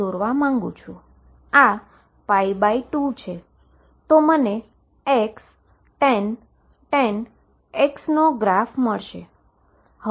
તો મને Xtan X નો ગ્રાફ મળશે